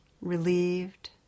relieved